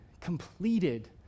completed